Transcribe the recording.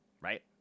right